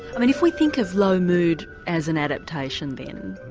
i mean if we think of low mood as an adaptation then,